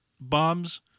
bombs